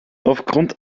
aufgrund